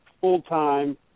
full-time